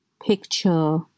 Picture